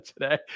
today